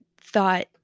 thought